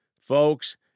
Folks